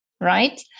right